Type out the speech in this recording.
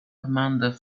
commander